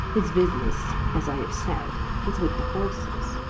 his business, as i have said, is with the horses.